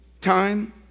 time